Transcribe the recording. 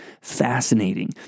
fascinating